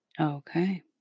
Okay